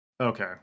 Okay